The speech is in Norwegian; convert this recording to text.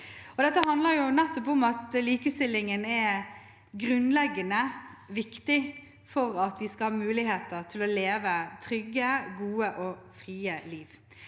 Dette handler nettopp om at likestillingen er grunnleggende viktig for at vi skal ha mulighet til å leve et trygt, godt og fritt liv.